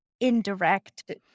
indirect